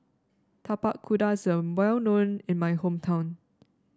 Tapak Kuda is an well known in my hometown